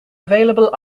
available